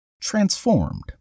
transformed